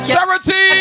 Charity